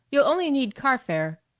you'll only need car-fare.